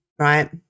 right